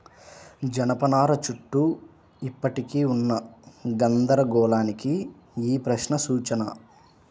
జనపనార చుట్టూ ఇప్పటికీ ఉన్న గందరగోళానికి ఈ ప్రశ్న సూచన